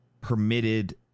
permitted